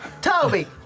Toby